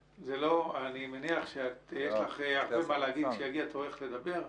אני מניח שיש לך הרבה מה להגיד כשיגיע תוך לדבר,